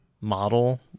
model